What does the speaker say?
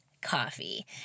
coffee